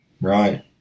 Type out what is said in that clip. Right